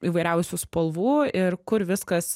įvairiausių spalvų ir kur viskas